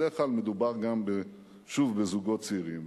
בדרך כלל מדובר גם, שוב, בזוגות צעירים.